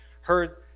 heard